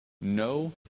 no